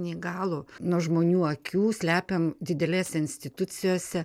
neįgalų nuo žmonių akių slepiam didelėse institucijose